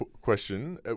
question